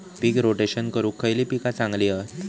पीक rotation करूक खयली पीका चांगली हत?